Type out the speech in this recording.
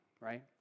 right